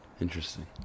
Interesting